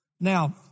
Now